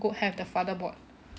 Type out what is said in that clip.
have the father board